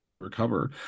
recover